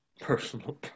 Personal